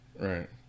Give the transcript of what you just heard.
right